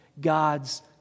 God's